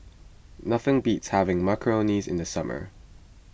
nothing beats having Macarons in the summer